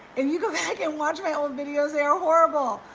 and you go back and watch my own videos, they're horrible,